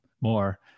more